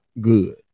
good